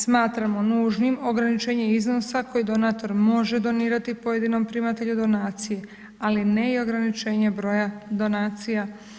Smatramo nužnim ograničenjem iznosa, koji donator može donirati pojedinom primatelju donacije, ali ne i ograničenje broja donacija.